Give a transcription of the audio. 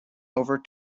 over